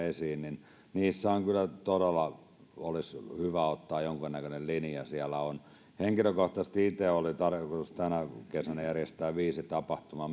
esiin niin niissä kyllä todella olisi hyvä ottaa jonkinnäköinen linja henkilökohtaisesti itse oli tarkoitus tänä kesänä järjestää viisi tapahtumaa